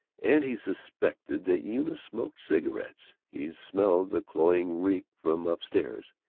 and he suspected that eunice smoked cigarettes. he smelled the cloying reek from up-stairs,